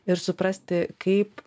ir suprasti kaip